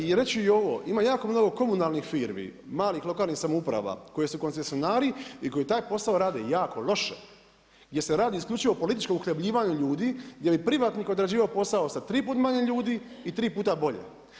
I reći ću i ovo, ima jako mnogo komunalnih firmi, malih lokalnih samouprava koji su koncesionari i koji taj posao rade jako loše jer se radi isključivo o političkom uhljebljivanju ljudi gdje bi privatnik odrađivao posao sa tri put manje ljudi i tri puta bolje.